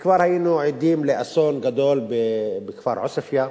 כבר היינו עדים לאסון גדול בכפר עוספיא,